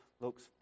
looks